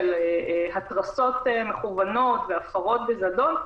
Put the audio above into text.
של התרסות מכוונות והפרות בגדול,